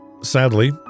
Sadly